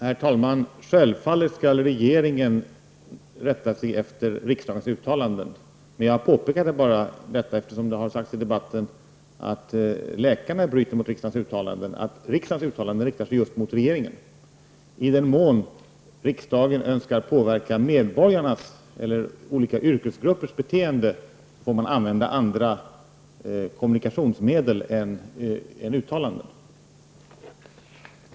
Herr talman! Självfallet skall regeringen rätta sig efter riksdagens uttalanden. Anledningen till mitt påpekande om att riksdagens uttalanden riktar sig just mot regeringen var att det i debatten har sagts att läkarna bryter mot riksdagens uttalande. I den mån riksdagen önskar påverka medborgarnas eller olika yrkesgruppers beteende får man använda andra kommunikationsmedel än uttalanden.